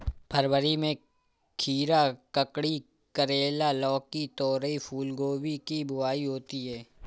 फरवरी में खीरा, ककड़ी, करेला, लौकी, तोरई, फूलगोभी की बुआई होती है